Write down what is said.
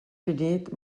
finit